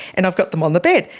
and i've got them on the bed,